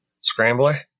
Scrambler